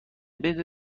بده